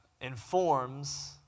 informs